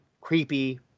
creepy